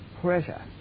pressure